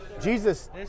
Jesus